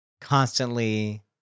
constantly